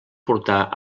portar